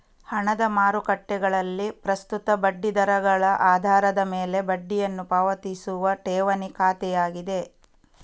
ಹಣದ ಮಾರುಕಟ್ಟೆಗಳಲ್ಲಿ ಪ್ರಸ್ತುತ ಬಡ್ಡಿ ದರಗಳ ಆಧಾರದ ಮೇಲೆ ಬಡ್ಡಿಯನ್ನು ಪಾವತಿಸುವ ಠೇವಣಿ ಖಾತೆಯಾಗಿದೆ